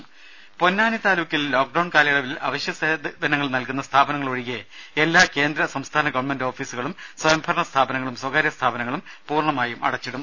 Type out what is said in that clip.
ദരര പൊന്നാനി താലൂക്കിൽ lockdown കാലയളവിൽ അവശ്യ സേവനങ്ങൾ നൽകുന്ന സ്ഥാപനങ്ങൾ ഒഴികെ എല്ലാ കേന്ദ്ര സംസ്ഥാന ഗവൺമെന്റ് ഓഫീസുകളും സ്വയംഭരണ സ്ഥാപനങ്ങളും സ്വകാര്യ സ്ഥാപനങ്ങളും പൂർണ്ണമായും അടച്ചിടും